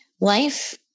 life